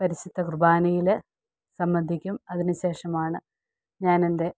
പരിശുദ്ധ കുർബ്ബാനയിൽ സംബന്ധിക്കും അതിന് ശേഷമാണ് ഞാൻ എൻ്റെ